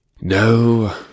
No